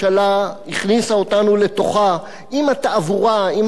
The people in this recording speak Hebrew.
הכניסה אותנו לתוכה עם התעבורה ועם הטלוויזיה.